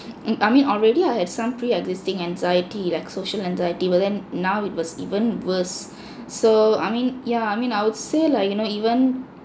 mm I mean already I have some pre existing anxiety like social anxiety but then now it was even worse so I mean yeah I mean I would say like you know even